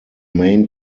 main